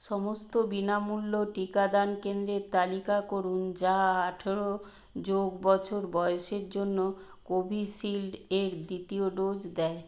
সমস্ত বিনামূল্য টিকাদান কেন্দ্রের তালিকা করুন যা আঠারো যোগ বছর বয়সের জন্য কোভিশিল্ড এর দ্বিতীয় ডোজ দেয়